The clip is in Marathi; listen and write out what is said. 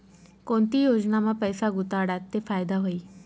कोणती योजनामा पैसा गुताडात ते फायदा व्हई?